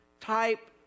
type